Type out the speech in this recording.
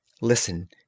Listen